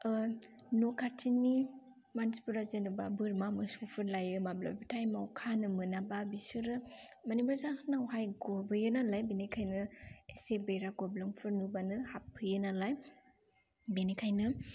न' खाथिनि मानसिफोरा जेनबा बोरमा मोसौफोर लायो माब्लाबा थायमाव खानो मोनाबा बिसोरो मानिबा जाहोनावहाय गबोयो नालाय बेनिखायनो एसे बेरा गब्लंफोर नुबानो हाबफैयो नालाय बेनिखायनो